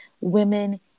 women